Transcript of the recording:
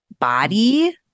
body